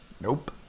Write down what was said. Nope